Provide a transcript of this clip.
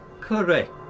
Correct